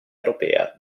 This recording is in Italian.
europea